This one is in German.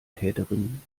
täterin